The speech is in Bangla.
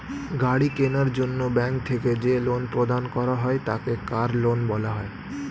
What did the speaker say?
গাড়ি কেনার জন্য ব্যাঙ্ক থেকে যে লোন প্রদান করা হয় তাকে কার লোন বলা হয়